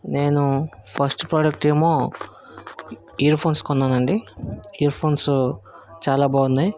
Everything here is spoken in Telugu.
నేను ఫస్ట్ ప్రోడక్ట్ ఏమో ఇయర్ ఫోన్స్ కొన్నాను అండి ఇయర్ ఫోన్స్ చాలా బాగున్నాయి